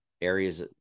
areas